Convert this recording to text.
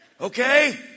Okay